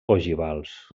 ogivals